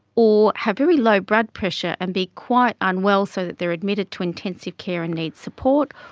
or have very low blood pressure and be quite unwell so that they are admitted to intensive care and need support,